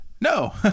No